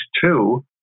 two